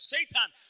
Satan